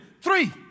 Three